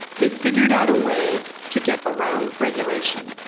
they figured out a way to get around regulation.